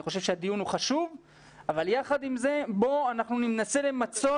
אני חושב שהדיון הוא חשוב אבל יחד עם זה בואו ננסה למצות